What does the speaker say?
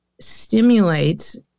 stimulates